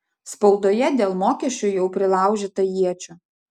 spaudoje dėl mokesčių jau prilaužyta iečių